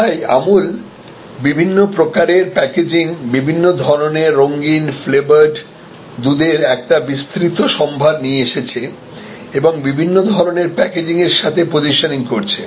তাই আমুল বিভিন্ন প্রকারের প্যাকেজিং বিভিন্ন ধরণের রঙিন ফ্লেভারড দুধের একটি বিস্তৃত সম্ভার নিয়ে এসেছে এবং বিভিন্ন ধরনের প্যাকেজিং এর সাথে পসিশনিং করছে